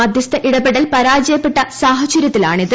മധ്യസ്ഥ ഇടപെടൽ പരാജയപ്പെട്ട സാഹചര്യത്തിലാണിത്